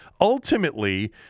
ultimately